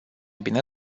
bine